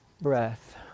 breath